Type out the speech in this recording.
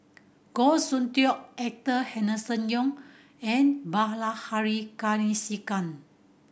Goh Soon Tioe Arthur Henderson Young and Bilahari Kausikan